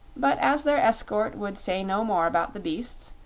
but as their escort would say no more about the beasts,